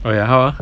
oh ya how ah